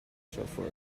chauffeur